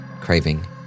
craving